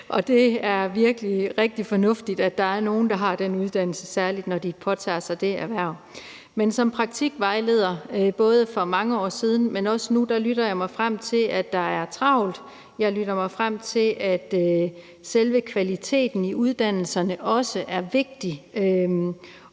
og det er virkelig rigtig fornuftigt, at der er nogle, der har den uddannelse, særlig når de påtager sig det erhverv, og jeg har som praktikvejleder både for mange år siden og også nu lyttet mig frem til, at der er travlt. Jeg lytter mig også frem til, at selve kvaliteten i uddannelserne er vigtig,